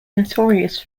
notorious